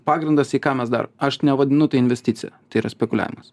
pagrindas į ką mes dar aš nevadinu tai investicija tai yra spekuliavimas